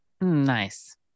Nice